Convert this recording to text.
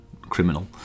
criminal